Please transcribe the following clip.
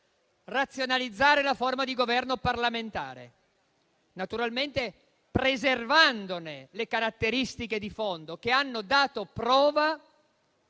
razionalizzare la forma di governo parlamentare, naturalmente preservandone le caratteristiche di fondo che hanno dato prova